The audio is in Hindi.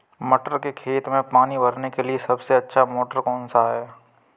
मटर के खेत में पानी भरने के लिए सबसे अच्छा मोटर कौन सा है?